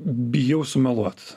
bijau sumeluot